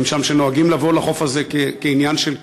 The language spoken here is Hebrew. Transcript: שם שנוהגים לבוא לחוף הזה כעניין של קבע,